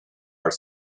are